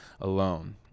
alone